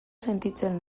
sentitzen